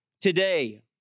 today